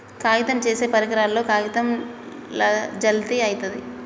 కాగితం చేసే పరికరాలతో కాగితం జల్ది అయితది